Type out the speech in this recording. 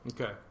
Okay